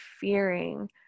fearing